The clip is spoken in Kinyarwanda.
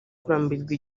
kurambirwa